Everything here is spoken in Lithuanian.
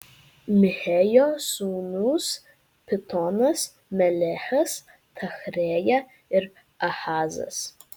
michėjo sūnūs pitonas melechas tachrėja ir ahazas